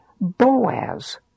Boaz